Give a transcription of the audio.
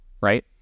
right